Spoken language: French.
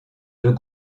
deux